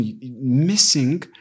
missing